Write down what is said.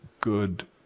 good